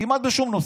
כמעט בשום נושא.